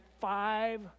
five